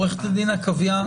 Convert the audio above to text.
עורכת הדין עקביה,